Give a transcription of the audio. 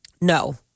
No